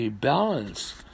Balance